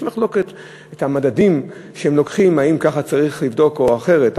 יש מחלוקת על המדדים שהם לוקחים והאם ככה צריך לבדוק או אחרת,